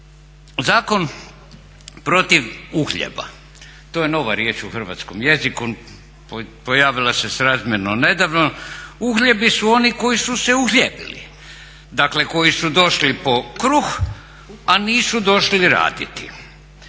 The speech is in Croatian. zakon protiv uhljeba. To je nova riječ u hrvatskom jeziku, pojavila se srazmjerno nedavno. Uhljebi su oni koji su se uhljebili. Dakle koji su došli po kruh a nisu došli raditi.